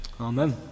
Amen